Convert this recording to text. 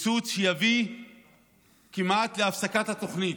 קיצוץ שיביא כמעט להפסקת התוכנית.